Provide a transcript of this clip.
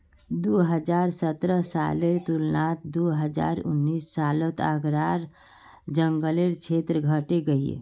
दो हज़ार सतरह सालेर तुलनात दो हज़ार उन्नीस सालोत आग्रार जन्ग्लेर क्षेत्र घटे गहिये